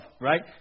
right